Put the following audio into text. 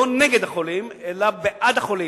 לא נגד החולים, אלא בעד החולים.